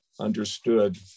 understood